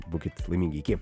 būkit laimingi iki